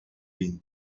been